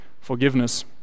forgiveness